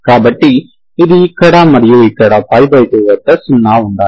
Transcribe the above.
కాబట్టి ఇది ఇక్కడ మరియు ఇక్కడ π2 వద్ద 0 ఉండాలి